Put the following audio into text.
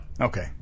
okay